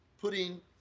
putting